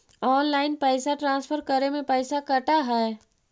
Online पैसा transfer करे में पैसा कटा है?